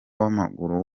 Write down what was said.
w’amaguru